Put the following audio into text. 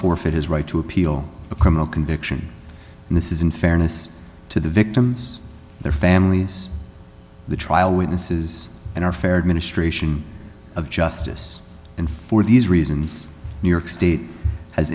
forfeit his right to appeal a criminal conviction and this is in fairness to the victims their families the trial witnesses and our faired ministration of justice and for these reasons new york state has